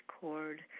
cord